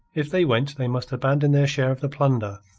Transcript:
if they went they must abandon their share of the plunder,